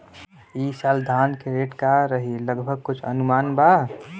ई साल धान के रेट का रही लगभग कुछ अनुमान बा?